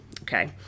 okay